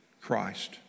Christ